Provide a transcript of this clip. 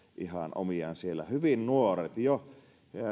ihan omiaan siellä hyvin nuoret jo